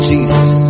Jesus